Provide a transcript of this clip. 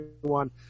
one